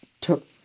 took